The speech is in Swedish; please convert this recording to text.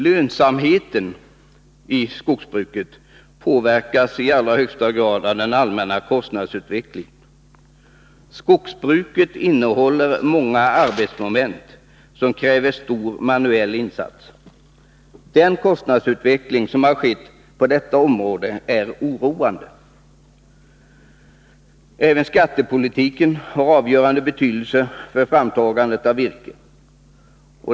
Lönsamheten i skogsbruket påverkas i allra högsta grad av den allmänna kostnadsutvecklingen. Skogsbruket innehåller många arbetsmoment som kräver stor manuell insats. Den kostnadsutveckling som har skett på detta område är oroande. Även skattepolitiken har avgörande betydelse för framtagandet av virke.